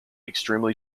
extremely